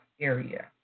area